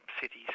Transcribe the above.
cities